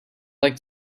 like